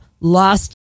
Lost